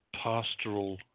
pastoral